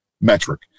metric